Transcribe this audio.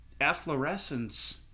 efflorescence